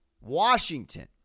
Washington